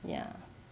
ya